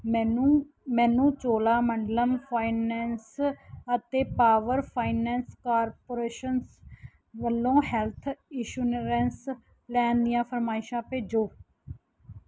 ਮੈਨੂੰ ਮੈਨੂੰ ਚੋਲਾਮੰਡਲਮ ਫਾਈਨੈਂਸ ਅਤੇ ਪਾਵਰ ਫਾਈਨੈਂਸ ਕਾਰਪੋਰੇਸ਼ਨ ਵੱਲੋ ਹੈੱਲਥ ਇੰਸੂਰੈਂਸ ਪਲੈਨ ਦੀਆਂ ਫਰਮਾਇਸ਼ਾਂ ਭੇਜੋ